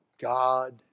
God